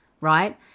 right